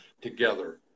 together